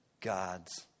God's